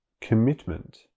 commitment